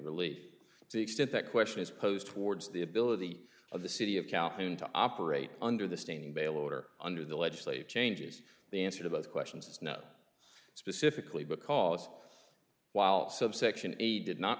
to the extent that question is posed towards the ability of the city of calhoun to operate under the standing bail order under the legislative changes the answer to both questions is no specifically because while subsection a did not